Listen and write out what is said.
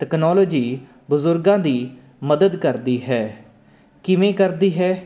technology ਬਜ਼ੁਰਗਾਂ ਦੀ ਮਦਦ ਕਰਦੀ ਹੈ ਕਿਵੇਂ ਕਰਦੀ ਹੈ